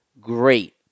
great